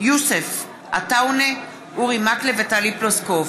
יוסף עטאונה, אורי מקלב וטלי פלוסקוב